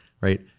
right